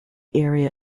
area